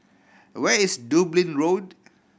where is Dublin Road